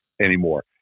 anymore